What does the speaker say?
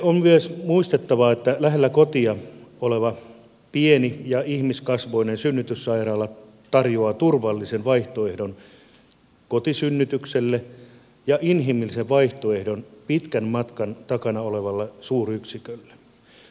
on myös muistettava että lähellä kotia oleva pieni ja ihmiskasvoinen synnytyssairaala tarjoaa turvallisen vaihtoehdon kotisynnytykselle ja inhimillisen vaihtoehdon pitkän matkan takana olevalle suuryksikölle